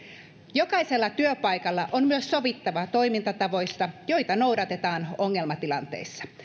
jokaisella työpaikalla on myös sovittava toimintatavoista joita noudatetaan ongelmatilanteissa